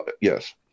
Yes